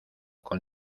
con